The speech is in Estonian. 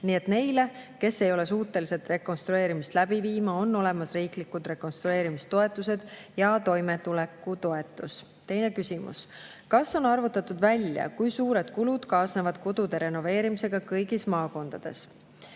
Nii et neile, kes ei ole suutelised rekonstrueerimist läbi viima, on olemas riiklikud rekonstrueerimistoetused ja toimetulekutoetus. Teine küsimus: "Kas on arvutatud välja, kui suured kulud kaasnevad kodude renoveerimisega kõigis maakondades?"